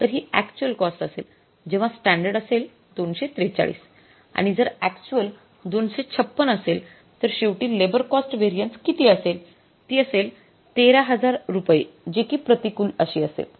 तर हि actual cost असेल जेव्हा स्टॅंडर्ड असेल २४३ आणि जर अक्चुअल २५६ असेल तर शेवटी लेबर कॉस्ट व्हेरिएन्स किती असेल ती असेल १३००० रुपये जे कि प्रतिकूल अशी असेल